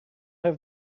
have